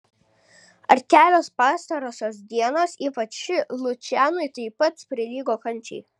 ar kelios pastarosios dienos ypač ši lučianui taip pat prilygo kančiai